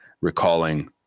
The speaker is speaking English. recalling